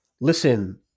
listen